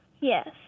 Yes